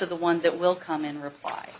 to the one that will come in reply